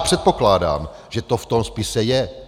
Předpokládám, že to v tom spise je.